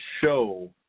show